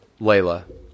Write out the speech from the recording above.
Layla